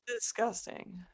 Disgusting